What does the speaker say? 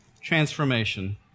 transformation